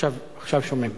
עכשיו שומעים.